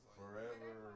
forever